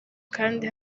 kandi